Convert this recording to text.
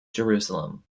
jerusalem